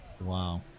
Wow